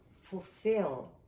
fulfill